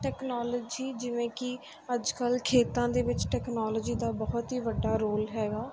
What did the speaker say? technology ਜਿਵੇਂ ਕਿ ਅੱਜ ਕੱਲ੍ਹ ਖੇਤਾਂ ਦੇ ਵਿੱਚ ਟੈਕਨੋਲੋਜੀ ਦਾ ਬਹੁਤ ਹੀ ਵੱਡਾ ਰੋਲ ਹੈਗਾ